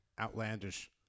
outlandish